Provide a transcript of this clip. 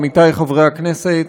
עמיתי חברי הכנסת,